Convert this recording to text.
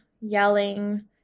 yelling